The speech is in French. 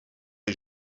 est